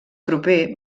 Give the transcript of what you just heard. proper